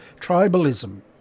tribalism